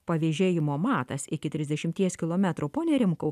pavėžėjimo matas iki trisdešimties kilometrų pone rimkau